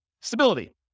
Stability